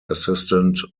assistant